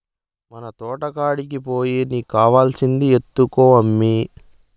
మన తోటకాడికి పోయి నీకు కావాల్సింది ఎత్తుకో అమ్మీ